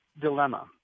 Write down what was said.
dilemma